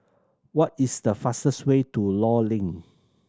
what is the fastest way to Law Link